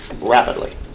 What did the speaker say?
rapidly